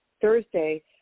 Thursday